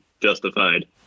justified